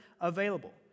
available